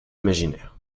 imaginaires